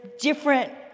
different